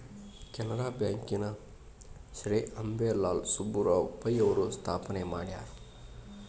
Canara bank ನ ಶ್ರೇ ಅಂಬೇಲಾಲ್ ಸುಬ್ಬರಾವ್ ಪೈ ಅವರು ಸ್ಥಾಪನೆ ಮಾಡ್ಯಾರ